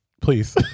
please